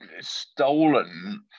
stolen